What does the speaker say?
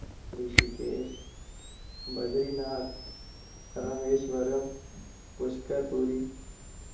Rishikesh Badri Nath रामेशवरम पुशकरपुरी